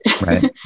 Right